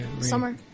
Summer